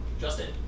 Justin